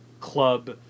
club